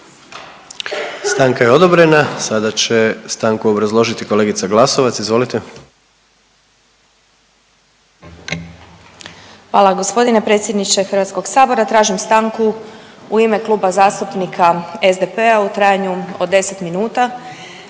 Stanka je odobrena. Sada će stanku obrazložiti kolegica Glasovac. Izvolite. **Glasovac, Sabina (SDP)** Hvala. Gospodine predsjedniče Hrvatskog sabora tražim stanku u ime Kluba zastupnika SDP-a u trajanju od 10 minuta